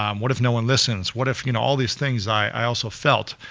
um what if no one listens? what if, you know all these things i also felt,